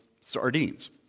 sardines